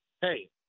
Hey